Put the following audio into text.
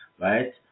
right